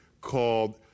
called